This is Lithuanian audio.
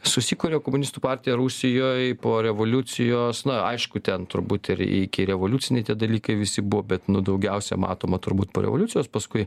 susikuria komunistų partija rusijoj po revoliucijos na aišku ten turbūt ir ikirevoliuciniai tie dalykai visi buvo bet nu daugiausia matoma turbūt po revoliucijos paskui